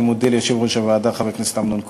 אני מודה ליושב-ראש הוועדה חבר הכנסת אמנון כהן,